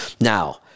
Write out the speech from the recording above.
Now